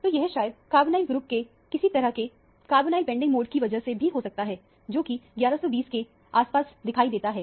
तो यह शायद कार्बोनाइल ग्रुप के किसी तरह के कार्बोनाइल बैंडिंग मोड की वजह से भी हो सकता है जो कि 1120 के आसपास दिखाई देता है